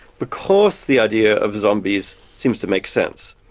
because the idea of zombies seems to make sense,